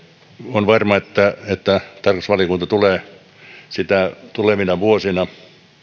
on varma että että tarkastusvaliokunta tulee sitä tulevina vuosina